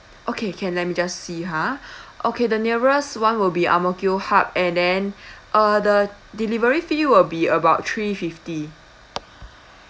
okay can let me just see ha okay the nearest one will be Ang Mo Kio hub and then uh the delivery fee will be about three-fifty